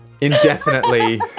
indefinitely